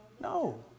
No